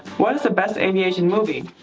what is the best aviation movie?